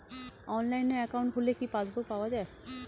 অনলাইনে একাউন্ট খুললে কি পাসবুক পাওয়া যায়?